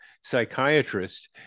psychiatrist